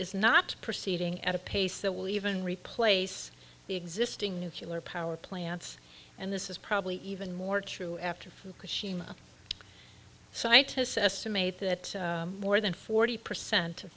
is not proceeding at a pace that will even replace the existing nucular power plants and this is probably even more true after fukushima scientists estimate that more than forty percent of